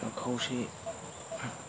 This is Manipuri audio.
ꯆꯥꯛꯈꯥꯎꯁꯤ